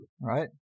Right